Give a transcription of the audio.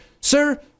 sir